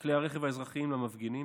כלי הרכב האזרחיים למפגינים,